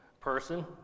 person